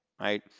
right